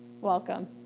Welcome